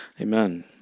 Amen